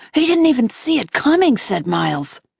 he didn't even see it coming! said miles.